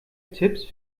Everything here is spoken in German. tipps